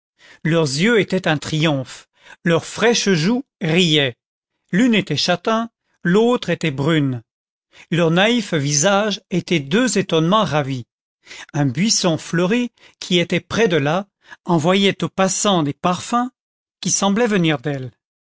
leurs yeux étaient un triomphe leurs fraîches joues riaient l'une était châtain l'autre était brune leurs naïfs visages étaient deux étonnements ravis un buisson fleuri qui était près de là envoyait aux passants des parfums qui semblaient venir d'elles